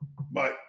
Bye